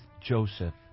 Joseph